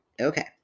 okay